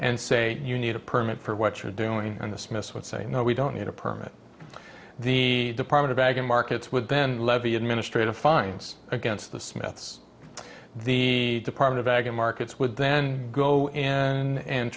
and say you need a permit for what you're doing and the smiths would say no we don't need a permit the department of ag and markets with ben levy administrative fines against the smiths the department of ag and markets would then go in and